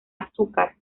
azúcar